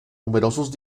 numerosos